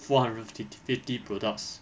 four hundred and fift~ fifty products